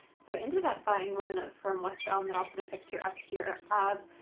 so i ended up buying one from west elm, that i'll put a picture up here of,